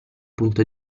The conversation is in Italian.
punto